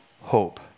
hope